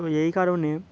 তো এই কারণে